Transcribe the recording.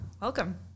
Welcome